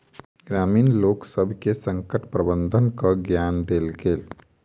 ग्रामीण लोकसभ के संकट प्रबंधनक ज्ञान देल गेल